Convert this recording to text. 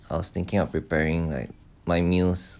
I was thinking of preparing like my meals